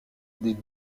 des